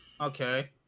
Okay